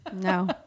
No